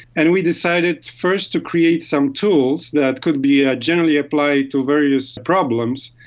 and we decided first to create some tools that could be ah generally applied to various problems.